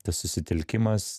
tas susitelkimas